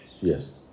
Yes